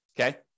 okay